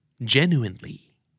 genuinely